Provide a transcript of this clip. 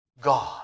God